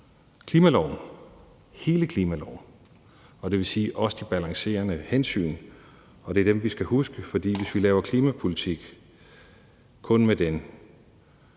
klimaloven – hele klimaloven – og det vil også sige de balancerende hensyn. Og det er dem, vi skal huske, for hvis vi kun laver klimapolitik med den